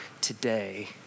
today